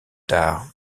tard